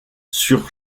sur